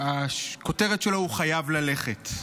והכותרת שלו היא "חייב ללכת".